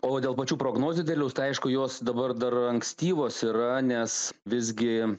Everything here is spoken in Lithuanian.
o dėl pačių prognozių derliaus tai aišku jos dabar dar ankstyvos yra nes visgi